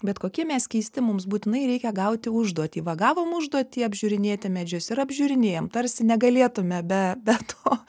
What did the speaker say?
bet kokie mes keisti mums būtinai reikia gauti užduotį va gavom užduotį apžiūrinėti medžius ir apžiūrinėjam tarsi negalėtume be be to